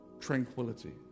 tranquility